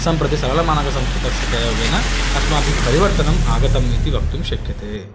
सम्प्रति सरलमानकसंस्कृतस्य प्रयोगेन अस्माभिः परिवर्तनम् आगतम् इति वक्तुं शक्यते